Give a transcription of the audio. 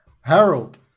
Harold